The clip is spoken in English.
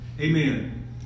Amen